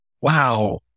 wow